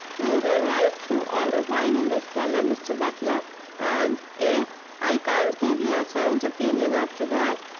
we'll go right through all the wine in the cellar, mr. butler and if i can't give you a sound opinion after that,